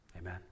Amen